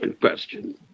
question